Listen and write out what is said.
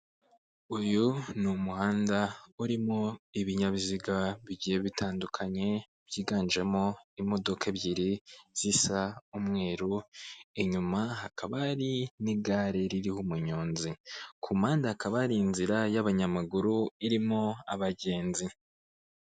Uyu ni umuhanda urimo ibinyabiziga bigiye bitandukanye, byiganjemo imodoka ebyiri zisa umweru, inyuma hakaba hari n'igare ririho umunyonzi. Ku mpande hakaba hari inzira y'abanyamaguru, irimo abagenzi.